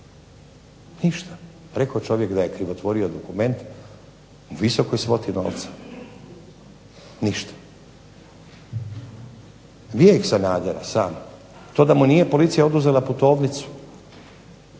Ništa, rekao čovjek da je krivotvorio dokument o visokoj svoti novca i ništa. Bijeg Sanadera sam, to da mu nije policija oduzela putovnicu